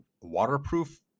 waterproof